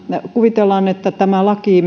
kuvitellaan että tämä laki